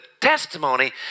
testimony